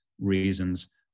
reasons